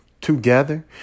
together